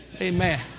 Amen